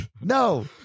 No